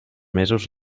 mesos